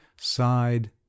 sighed